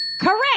Correct